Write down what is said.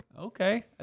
Okay